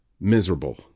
miserable